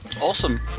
Awesome